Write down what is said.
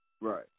Right